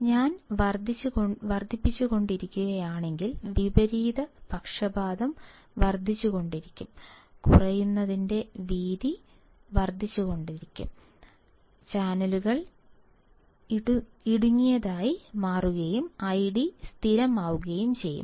ഞാൻ വർദ്ധിച്ചുകൊണ്ടിരിക്കുകയാണെങ്കിൽ വിപരീത പക്ഷപാതം വർദ്ധിച്ചുകൊണ്ടിരിക്കും കുറയുന്നതിന്റെ വീതി വർദ്ധിച്ചുകൊണ്ടിരിക്കും ചാനലുകൾ ഇടുങ്ങിയതായി മാറുകയും ID സ്ഥിരമാവുകയും ചെയ്യും